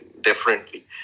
differently